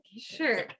Sure